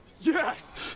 Yes